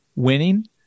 Winning